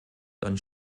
dann